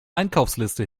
einkaufsliste